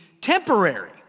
temporary